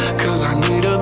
cause i need um